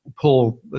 pull